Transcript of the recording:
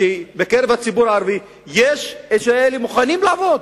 שבקרב הציבור הערבי יש כאלה שמוכנים לעבוד.